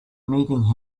meeting